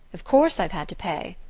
of course i've had to pay.